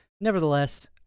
nevertheless